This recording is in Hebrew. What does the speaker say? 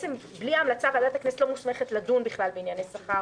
בלי המלצה ועדת הכנסת לא מוסמכת לדון בכלל בענייני שכר,